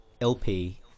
LP